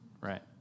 right